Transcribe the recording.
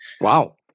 Wow